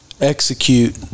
execute